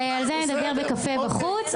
על זה נדבר בקפה בחוץ.